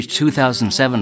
2007